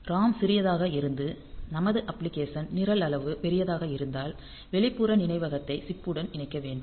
ROM சிறியதாக இருந்து நமது அப்ளிகேஷன் நிரல் அளவு பெரியதாக இருந்தால் வெளிப்புற நினைவகத்தை சிப் புடன் இணைக்க வேண்டும்